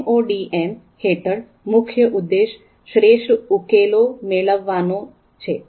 MODM હેઠળ મુખ્ય ઉદ્દેશ શ્રેષ્ઠ ઉકેલો મેળવવાનો છે